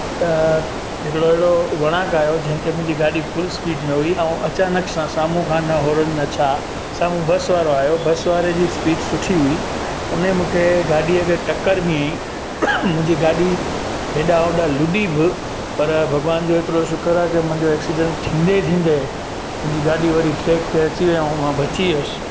त हिकिड़ो अहिड़ो वणाक आयो जिते मुंहिंजी गाॾी फुल स्पीड में हुई ऐं अचानक सां साम्हूं खां न होरन न छा साम्हूं बस वारो आयो बस वारे जी स्पीड सुठी हुई हुने मुखे गाॾीअ खे टकरु बि हयईं मुंहिंजी गाॾी हेॾां होॾां लूॾी बि पर भॻवान जो एतिरो शुक्र आहे त मुंहिंजो एक्सिडंट थींदे थींदे मुंहिंजी गाॾी वरी ट्रेक ते अची वेई ऐं मां बची वियुसि